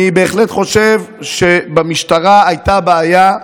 אני בהחלט חושב שבמשטרה הייתה בעיה,